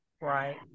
Right